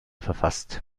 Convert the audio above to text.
verfasst